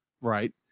right